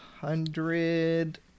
hundred